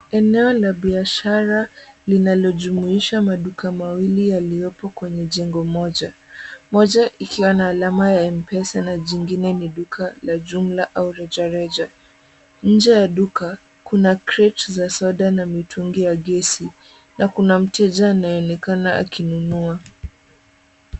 Eneo la biashara linalojumuisha maduka mawili yaliyopo kwenye jengo moja. Moja ikiwa na alama ya M-Pesa , na jingine ni duka jumla ama rejareja, nje ya duka kuna kreti za soda na mitungi ya gesi na kuna mteja anayeonekana akinunua.